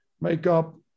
makeup